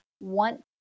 want